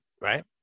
right